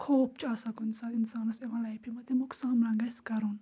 خوف چھُ آسان کُنہِ ساتہٕ اِنسانَس یِوان لایفہِ منٛز تَمیُک سامنا گژھِ کَرُن